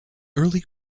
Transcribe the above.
early